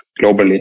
globally